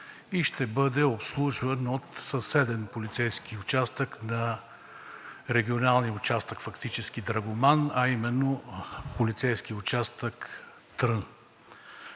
и ще бъде обслужван от съседен полицейски участък на Регионалната дирекция – фактически Драгоман, а именно полицейски участък – Трън.